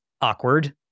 awkward